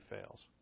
fails